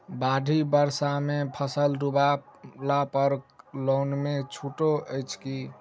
बाढ़ि बरसातमे फसल डुबला पर लोनमे छुटो अछि की